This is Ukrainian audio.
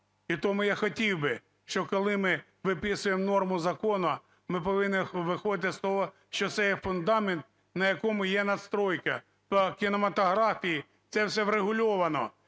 І тому я хотів би, щоб коли ми виписуємо норму закону, ми повинні виходити з того, що це є фундамент, на якому є настройка. По кінематографії це все врегульовано,